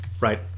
Right